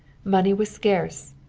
money was scarce.